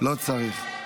לא צריך.